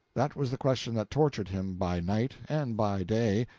that was the question that tortured him, by night and by day,